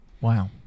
Wow